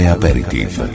Aperitif